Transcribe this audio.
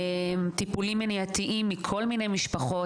טיפולים מניעתיים מכל מיני משפחות,